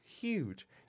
huge